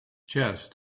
chest